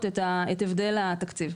את הבדל התקציב.